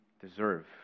deserve